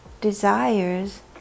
desires